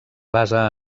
basa